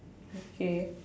okay